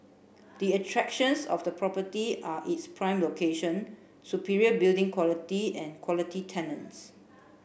the attractions of the property are its prime location superior building quality and quality tenants